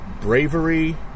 bravery